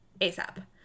ASAP